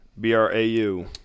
B-R-A-U